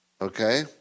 Okay